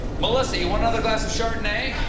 melissa, you want another glass of chardonnay?